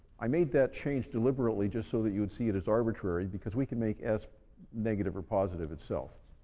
i made that change deliberately, just so that you'd see it as arbitrary because we can make s negative or positive itself.